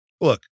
look